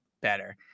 better